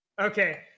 Okay